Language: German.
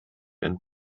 ein